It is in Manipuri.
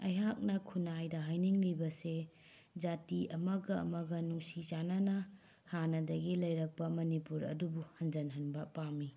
ꯑꯩꯍꯥꯛꯅ ꯈꯨꯟꯅꯥꯏꯗ ꯍꯥꯏꯅꯤꯡꯂꯤꯕꯁꯦ ꯖꯥꯇꯤ ꯑꯃꯒ ꯑꯃꯒ ꯅꯨꯡꯁꯤ ꯆꯥꯟꯅꯅ ꯍꯥꯟꯅꯗꯒꯤ ꯂꯩꯔꯛꯄ ꯃꯅꯤꯄꯨꯔ ꯑꯗꯨꯕꯨ ꯍꯟꯖꯤꯟꯍꯟꯕ ꯄꯥꯝꯃꯤ